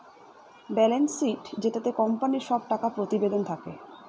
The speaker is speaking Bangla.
বেলেন্স শীট যেটাতে কোম্পানির সব টাকা প্রতিবেদন থাকে